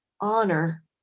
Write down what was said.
honor